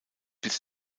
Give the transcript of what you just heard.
bis